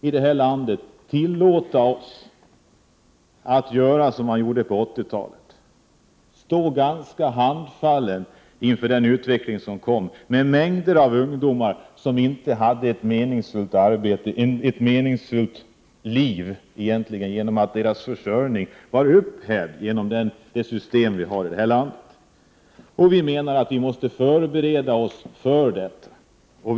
Kan vi här i landet tillåta att det som hände på 1980-talet upprepas: Man stod då ganska handfallen inför utvecklingen som innebar att mängder av ungdomar inte hade ett meningsfullt arbete, egentligen inte ett meningsfullt liv, på grund av att deras försörjning var upphävd genom det system vi hade här i landet. Vi menar att vi måste förbereda oss för detta.